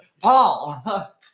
Paul